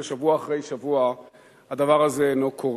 ושבוע אחרי שבוע הדבר הזה אינו קורה.